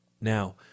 Now